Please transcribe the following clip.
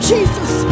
Jesus